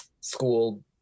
school